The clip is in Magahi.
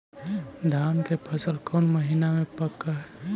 धान के फसल कौन महिना मे पक हैं?